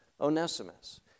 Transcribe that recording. Onesimus